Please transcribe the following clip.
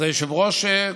אז היושב-ראש,